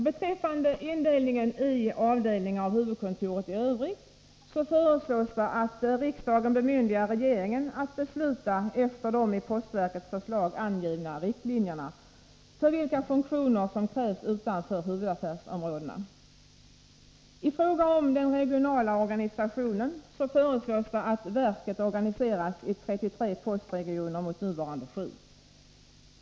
Beträffande indelningen i avdelningar av huvudkontoret i övrigt föreslås att riksdagen bemyndigar regeringen att besluta efter de i postverkets förslag angivna riktlinjerna vilka funktioner som krävs utanför huvudaffärsområdena. I fråga om den regionala organisationen föreslås att verket organiseras i 33 postregioner mot nuvarande 7.